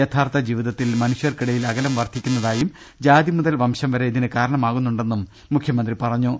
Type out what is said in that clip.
യഥാർത്ഥ ജീവിതത്തിൽ മനുഷ്യർക്കിടയിൽ അകലം വർദ്ധിക്കുന്നതായും ജാതി മുതൽ വംശം വരെ ഇതിന് കാരണമാ കുന്നുണ്ടെന്നും മുഖ്യമന്ത്രി പറഞ്ഞു